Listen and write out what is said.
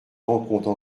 rencontre